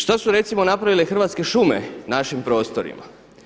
Što su recimo napravile Hrvatske šume našim prostorima?